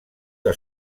que